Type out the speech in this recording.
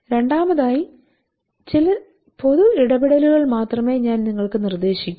രണ്ടാമതായി ചില പൊതു ഇടപെടലുകൾ മാത്രമേ ഞാൻ നിങ്ങൾക്ക് നിർദ്ദേശിക്കൂ